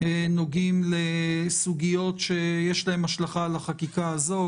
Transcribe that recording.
נוגעים לסוגיית שיש להן השלכה על החקיקה הזאת,